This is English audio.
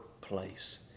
place